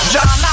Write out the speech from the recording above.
John